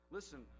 Listen